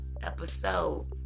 episode